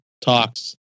talks